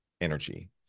energy